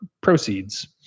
Proceeds